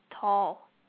Tall